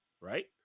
right